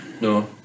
no